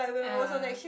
ya